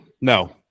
No